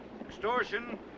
extortion